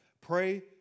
Pray